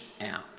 out